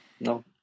no